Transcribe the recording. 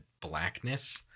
blackness